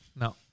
No